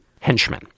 henchmen